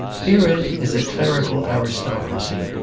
herein is clerical aristocracy,